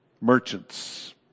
merchants